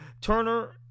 turner